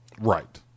Right